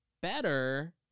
better